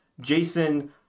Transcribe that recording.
Jason